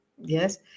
yes